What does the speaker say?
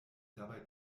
dabei